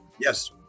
Yes